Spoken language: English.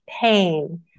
pain